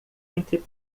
entre